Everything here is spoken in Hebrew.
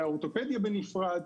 לאורתופדיה בנפרד,